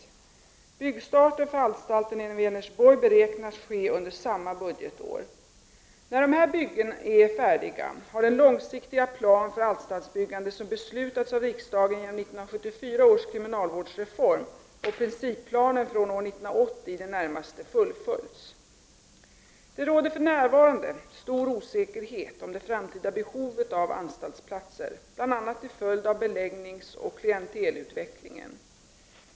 Byggstarten för anstalten i Vänersborg beräknas ske under samma budgetår. När dessa byggen är färdiga har den långsiktiga plan för anstaltsbyggandet som beslutats av riksdagen genom 1974 års kriminalvårdsreform och principplanen från år 1980 i det närmaste fullföljts. Det råder för närvarande stor osäkerhet om det framtida behovet av anstaltsplatser, bl.a. till följd av beläggningsoch klientelutvecklingen.